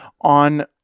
on